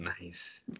Nice